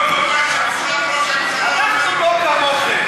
לא כמוכם,